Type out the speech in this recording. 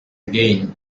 again